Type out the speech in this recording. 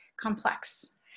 complex